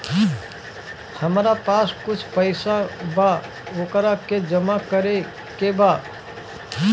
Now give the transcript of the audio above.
हमरा पास कुछ पईसा बा वोकरा के जमा करे के बा?